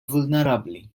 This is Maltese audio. vulnerabbli